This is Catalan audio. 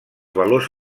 valors